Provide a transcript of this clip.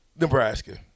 Nebraska